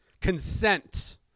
Consent